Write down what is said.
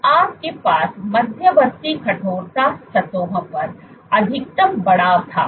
तो आप के पास मध्यवर्ती कठोरता सतहों पर अधिकतम बढ़ाव था